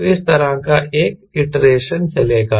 तो इस तरह का एक आईट्रेशन चलेगा